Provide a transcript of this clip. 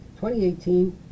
2018